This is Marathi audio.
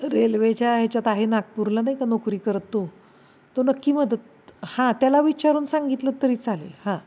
रेल्वेच्या ह्याच्यात आहे नागपूरला नाही का नोकरी करत तो तो नक्की मदत हां त्याला विचारून सांगितलंत तरी चालेल हां